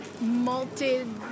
malted